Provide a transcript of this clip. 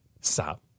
stop